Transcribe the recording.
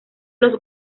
los